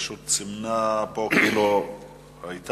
היא פשוט סומנה כאילו היתה.